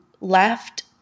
left